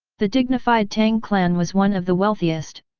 the dignified tang clan was one of the wealthiest,